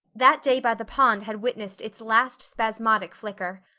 that day by the pond had witnessed its last spasmodic flicker.